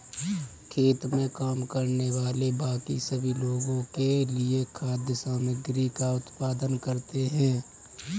खेत में काम करने वाले बाकी सभी लोगों के लिए खाद्य सामग्री का उत्पादन करते हैं